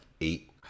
eight